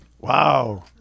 Wow